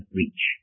reach